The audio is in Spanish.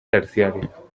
terciario